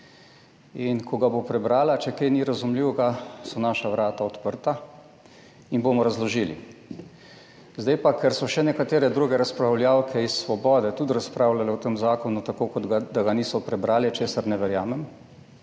17.05 (Nadaljevanje) če kaj ni razumljivega, so naša vrata odprta in bomo razložili. Zdaj pa, ker so še nekatere druge razpravljavke iz Svobode tudi razpravljale o tem zakonu tako kot da ga niso prebrale, česar ne verjamem,